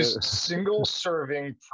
single-serving